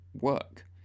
work